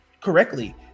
correctly